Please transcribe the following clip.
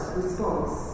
response